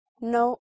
no